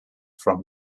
from